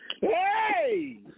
Hey